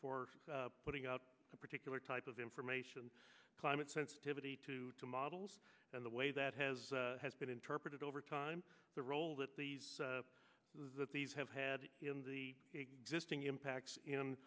for putting out a particular type of information climate sensitivity to two models and the way that has has been interpreted over time the role that these that these have had the existing impact